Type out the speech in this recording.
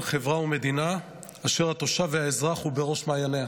חברה ומדינה אשר התושב והאזרח הוא בראש מעייניה.